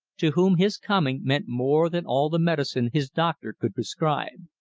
to whom his coming meant more than all the medicine his doctor could prescribe.